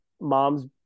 mom's